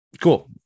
Cool